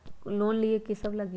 Loan लिए की सब लगी?